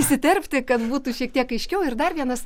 įsiterpti kad būtų šiek tiek aiškiau ir dar vienas